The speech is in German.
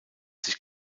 sich